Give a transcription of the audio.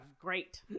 great